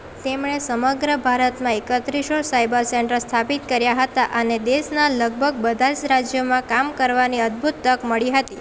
તેમણે સમગ્ર ભારતમાં એકત્રીસો સાયબર સેન્ટર્સ સ્થાપિત કર્યા હતા અને દેશના લગભગ બધા જ રાજ્યોમાં કામ કરવાની અદભૂત તક મળી હતી